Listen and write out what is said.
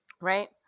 right